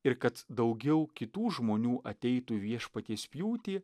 ir kad daugiau kitų žmonių ateitų į viešpaties pjūtį